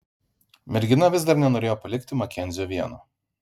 mergina vis dar nenorėjo palikti makenzio vieno